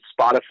Spotify